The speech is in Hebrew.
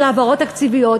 של העברות תקציביות,